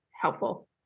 helpful